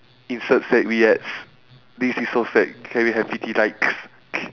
insert sad we ads this is so sad can we have pity likes